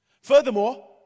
Furthermore